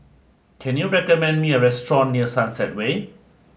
can you recommend me a restaurant near Sunset Way